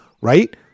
right